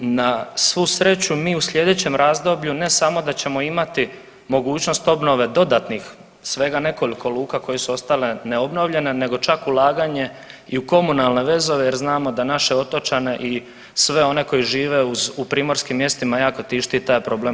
Na svu sreću mi u slijedećem razdoblju ne samo da ćemo imati mogućnost obnove dodatnih svega nekoliko luka koje su ostale neobnovljene nego čak ulaganje i u komunalne vezove jer znamo da naše otočane i sve one koji žive u primorskim mjestima jako tišti taj problem komunalnih vezova.